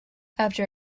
after